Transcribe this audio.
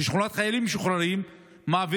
שמעבירים שכונת חיילים משוחררים לאנשים